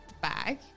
bag